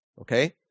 Okay